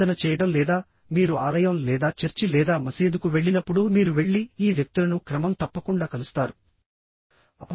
ప్రార్థన చేయడం లేదా మీరు ఆలయం లేదా చర్చి లేదా మసీదుకు వెళ్ళినప్పుడు మీరు వెళ్లి ఈ వ్యక్తులను క్రమం తప్పకుండా కలుస్తారు